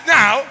now